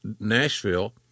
Nashville